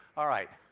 all right,